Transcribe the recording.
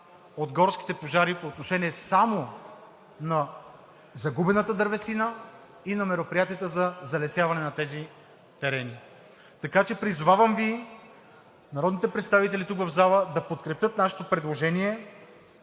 от горските пожари по отношение само на загубената дървесина и на мероприятията за залесяване на тези терени. Така че призовавам Ви: народните представители тук, в залата, да подкрепят нашето предложение